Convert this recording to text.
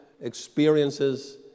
experiences